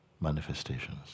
manifestations